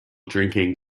drinking